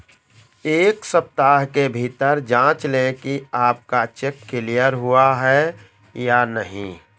एक सप्ताह के भीतर जांच लें कि आपका चेक क्लियर हुआ है या नहीं